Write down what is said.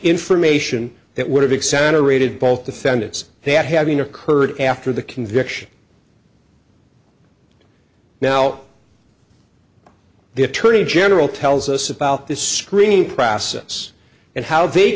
information that would have exaggerated both defendants that having occurred after the conviction now the attorney general tells us about the screening process and how they